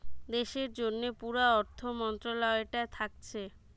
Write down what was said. দেশের জন্যে পুরা অর্থ মন্ত্রালয়টা থাকছে